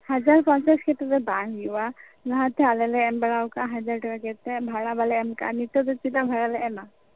ᱦᱟᱡᱟᱨ ᱯᱚᱧᱪᱟᱥ ᱠᱟᱛᱮ ᱫᱚ ᱵᱟᱝ ᱦᱩᱭᱩᱜᱼᱟ ᱞᱟᱦᱟᱛᱮ ᱟᱞᱮ ᱞᱮ ᱮᱢ ᱵᱟᱲᱟᱣ ᱠᱟᱜᱼᱟ ᱦᱟᱡᱟᱨ ᱴᱟᱠᱟ ᱠᱟᱛᱮ ᱵᱷᱟᱲᱟ ᱵᱟᱞᱮ ᱮᱢ ᱠᱟᱜᱼᱟ ᱱᱤᱛᱳᱜ ᱫᱚ ᱪᱮᱫᱟᱜ ᱵᱷᱟᱲᱟᱞᱮ ᱮᱢᱟ